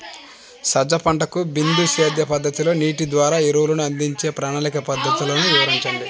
సజ్జ పంటకు బిందు సేద్య పద్ధతిలో నీటి ద్వారా ఎరువులను అందించే ప్రణాళిక పద్ధతులు వివరించండి?